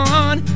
on